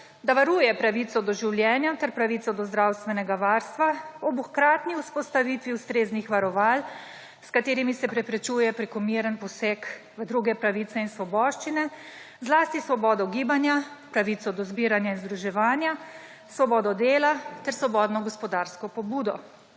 da varuje pravico do življenja ter pravico do zdravstvenega varstva ob hkratni vzpostavitvi ustreznih varoval, s katerimi se preprečuje prekomeren poseg v druge pravice in svoboščine, zlasti svobodo gibanja, pravico do zbiranja in združevanja, svobodo dela ter svobodno gospodarsko pobudo.